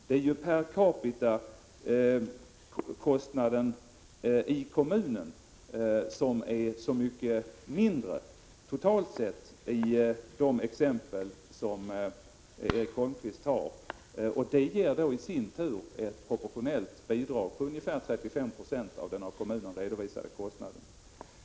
Det är ju kostnaden per capita i kommunen som är så mycket lägre totalt sett i de exempel som Erik Holmkvist tar upp. Det ger i sin tur ett proportionellt bidrag på ungefär 35 76 av den av kommunen redovisade kostnaden.